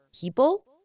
people